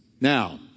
Now